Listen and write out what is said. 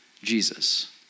Jesus